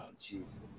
Jesus